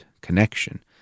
connection